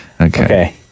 okay